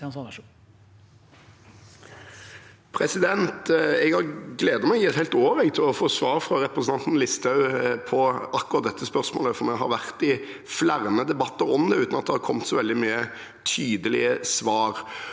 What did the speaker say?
Jeg har gledet meg i et helt år til å få svar fra representanten Listhaug på akkurat dette spørsmålet, for vi har vært i flere debatter om det uten at det har kommet så veldig mange tydelige svar.